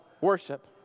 worship